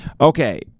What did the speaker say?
Okay